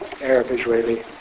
Arab-Israeli